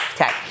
Okay